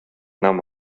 нам